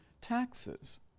taxes